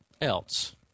else